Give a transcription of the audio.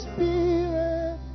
Spirit